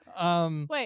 Wait